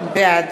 בעד